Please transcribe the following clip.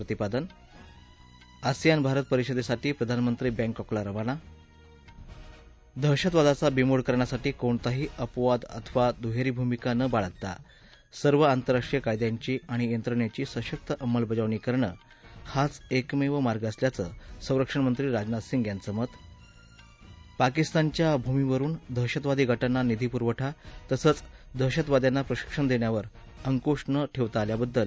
प्रतिपादन आसियान भारत परिषदेसाठी प्रधानमंत्री बॅकॉकला रवाना दहशतवादाचा बिमोड करण्यासाठी कोणताही अपवाद अथवा दुहेरी भूमिका न बाळगता सर्व आंतरराष्ट्रीय कायद्यांची आणि यंत्रणेची सशक्त अंमलबजावणी करणं हाच एकमेव मार्ग असल्याचं संरक्षण मंत्री राजनाथ सिंग यांचं मत पाकिस्तानच्या भूमीवरुन दहशतवादी गटांना निधीपुरवठा तसंच दहशतवाद्यांना प्रशिक्षण देण्यावर अंकुश ठेवता न आल्याबद्दल